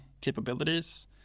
capabilities